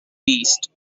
beast